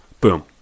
Boom